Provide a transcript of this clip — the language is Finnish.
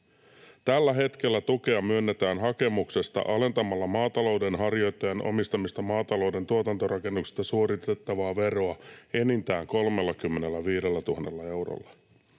Tällä hetkellä tukea myönnetään hakemuksesta alentamalla maatalouden harjoittajan omistamista maatalouden tuotantorakennuksista suoritettavaa veroa enintään 35 000 eurolla.